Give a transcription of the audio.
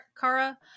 kara